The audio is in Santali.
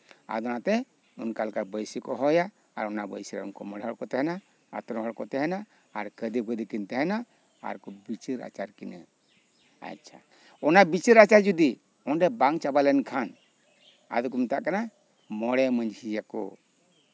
ᱟᱫᱚ ᱚᱱᱟᱛᱮ ᱚᱱᱠᱟ ᱞᱮᱠᱟ ᱵᱟᱹᱭᱥᱤ ᱠᱚ ᱦᱚᱦᱚᱭᱟ ᱟᱨ ᱚᱱᱟ ᱵᱟᱹᱭᱥᱤᱨᱮ ᱩᱱᱠᱩ ᱢᱚᱲᱮ ᱦᱚᱲ ᱠᱚ ᱛᱟᱦᱮᱸᱱᱟ ᱟᱹᱛᱩᱨᱮᱱ ᱦᱚᱲ ᱠᱚ ᱛᱟᱦᱮᱸᱱᱟ ᱟᱨ ᱠᱷᱟᱫᱤ ᱵᱟᱫᱤ ᱠᱤᱱ ᱛᱟᱦᱮᱸᱱᱟ ᱟᱨᱠᱚ ᱵᱤᱪᱟᱹᱨ ᱟᱪᱟᱨ ᱠᱤᱱᱟᱹ ᱟᱪᱪᱷᱟ ᱚᱱᱟ ᱵᱤᱪᱟᱹᱨ ᱟᱪᱟᱨ ᱡᱩᱫᱤ ᱚᱸᱰᱮ ᱵᱟᱝ ᱪᱟᱵᱟ ᱞᱮᱱᱠᱷᱟᱱ ᱟᱫᱚ ᱠᱚ ᱢᱮᱛᱟᱜ ᱠᱟᱱᱟ ᱢᱚᱬᱮ ᱢᱟᱺᱡᱷᱤᱭᱟᱠᱚ